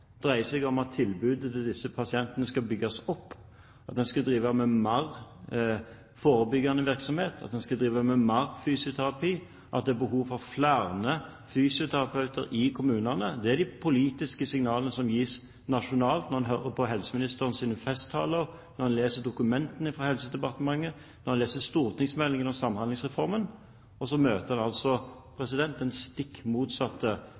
seg om at tilbudet til disse pasientene skal bygges opp, at en skal drive med mer forebyggende virksomhet, at en skal drive med mer fysioterapi, at det er behov for flere fysioterapeuter i kommunene. Det er de politiske signalene som gis nasjonalt – når en hører på helseministerens festtaler, når en leser dokumentene fra Helsedepartementet, når en leser stortingsmeldingen om Samhandlingsreformen. Så møter en altså den stikk motsatte